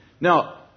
Now